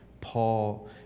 Paul